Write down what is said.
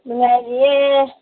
ꯅꯨꯡꯉꯥꯏꯔꯤꯌꯦ